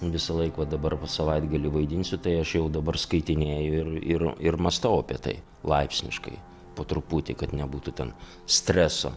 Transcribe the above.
visąlaik va dabar savaitgalį vaidinsiu tai aš jau dabar skaitinėju ir ir ir mąstau apie tai laipsniškai po truputį kad nebūtų ten streso